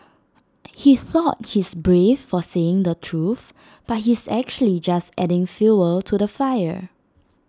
he thought he's brave for saying the truth but he's actually just adding fuel to the fire